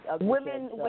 women